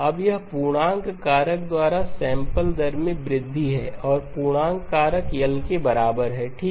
अब यह पूर्णांक कारक द्वारा सैंपल दर में वृद्धि है और पूर्णांक कारक L के बराबर है ठीक